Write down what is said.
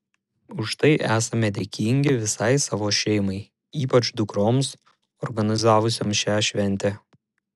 už tai esami dėkingi visai savo šeimai ypač dukroms organizavusioms šią šventę